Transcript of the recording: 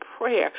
prayer